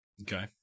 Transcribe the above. Okay